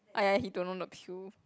!aiya! he don't know the